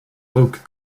oak